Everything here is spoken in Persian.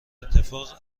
اتفاق